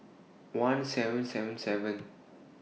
one seven seven seven